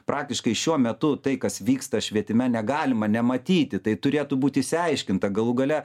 praktiškai šiuo metu tai kas vyksta švietime negalima nematyti tai turėtų būti išsiaiškinta galų gale